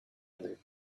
other